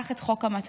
קח את חוק המתנות,